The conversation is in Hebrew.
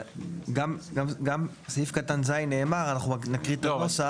גם סעיף קטן (ז) נאמר, אנחנו רק נקריא את הנוסח.